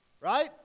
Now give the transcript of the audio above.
right